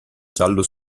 giallo